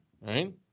right